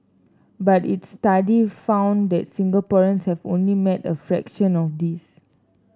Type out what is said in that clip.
but its study found that Singaporeans have only met a fraction of this